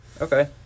Okay